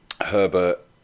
Herbert